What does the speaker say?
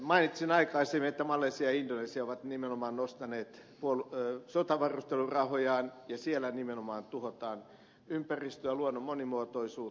mainitsin aikaisemmin että malesia ja indonesia ovat nimenomaan nostaneet sotavarustelurahojaan ja siellä nimenomaan tuhotaan ympäristöä luonnon monimuotoisuutta